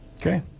okay